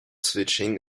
switching